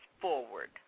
forward